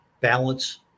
balance